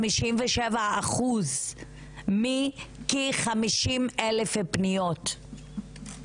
חמישים ושבע אחוז מחמישים אלף פניות,